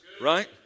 right